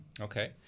okay